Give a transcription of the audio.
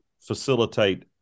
facilitate